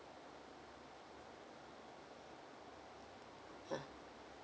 uh